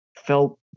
felt